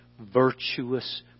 virtuous